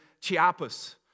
Chiapas